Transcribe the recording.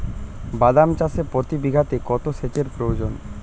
বাদাম চাষে প্রতি বিঘাতে কত সেচের প্রয়োজন?